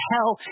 Hell